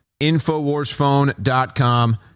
InfoWarsPhone.com